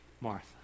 Martha